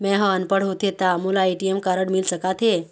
मैं ह अनपढ़ होथे ता मोला ए.टी.एम कारड मिल सका थे?